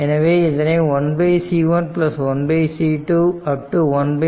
எனவே இதை 1C1 1C2